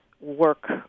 work